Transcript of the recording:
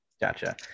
Gotcha